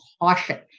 caution